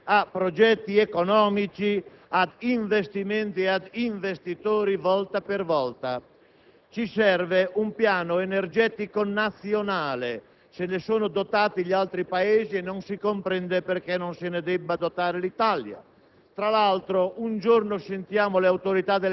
attraverso regali e regalie a progetti economici, a investimenti e a investitori volta per volta. Occorre un piano energetico nazionale; se ne sono dotati gli altri Paesi e non si comprende perché non debba farlo l'Italia.